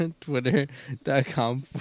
Twitter.com